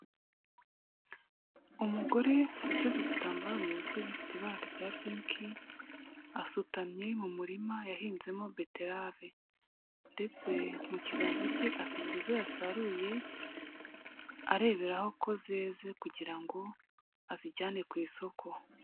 Umugore uteze igitambaro mu mutwe gifite ibara rya pinki, asutamye mu murima yahinzemo beterave. Ndetse mu kiganza cye afite izo yasaruye, areberaho ko zeze kugira ngo azijyane ku isoko.